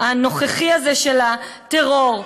הנוכחי הזה של הטרור.